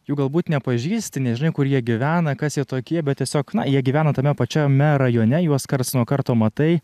jų galbūt nepažįsti nežinai kurie gyvena kas jie tokie bet tiesiog na jie gyvena tame pačiame rajone juos karts nuo karto matai